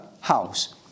house